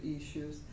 issues